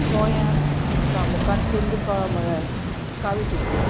गोंयांत प्रामुखान केल्ली कला म्हळ्यार कावी चित्र